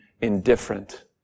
indifferent